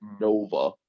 Nova